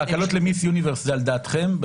ההקלות למיס יוניברס זה על דעתכם?